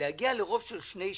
להגיע לרוב של שני שליש,